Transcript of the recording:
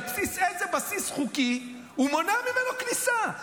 על בסיס איזה בסיס חוקי הוא מונע ממנו כניסה?